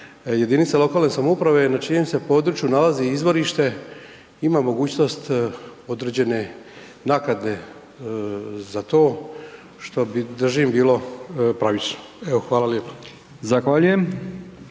jedinica lokalne samouprave na čijem se području nalazi izvorište ima mogućnost određene naknade za to, što bi držim bilo pravično. Evo, hvala lijepo. **Brkić,